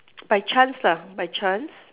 by chance lah by chance